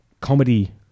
comedy